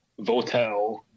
Votel